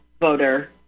voter